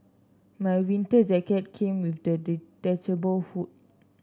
my winter jacket came with the detachable hood